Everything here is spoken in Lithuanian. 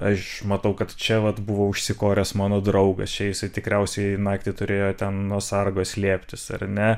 aš matau kad čia vat buvo užsikoręs mano draugas čia jisai tikriausiai naktį turėjo ten nuo sargo slėptis ar ne